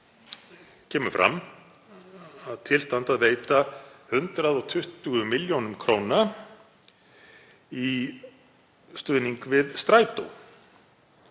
kemur fram að til standi að veita 120 millj. kr. í stuðning við Strætó,